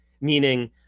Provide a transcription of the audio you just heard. meaning